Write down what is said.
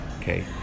okay